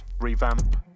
revamp